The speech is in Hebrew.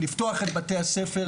לפתוח את בתי הספר,